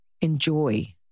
enjoy